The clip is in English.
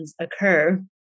occur